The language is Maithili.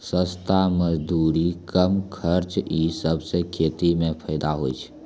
सस्ता मजदूरी, कम खर्च ई सबसें खेती म फैदा होय छै